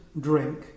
drink